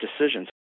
decisions